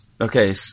Okay